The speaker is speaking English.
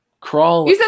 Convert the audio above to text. Crawl